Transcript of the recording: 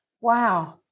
Wow